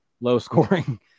low-scoring